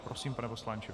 Prosím, pane poslanče.